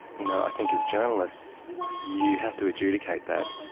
you know, i think as journalists you have to adjudicate that.